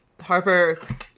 Harper